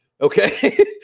okay